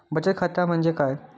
बचत खाता म्हटल्या काय?